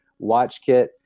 WatchKit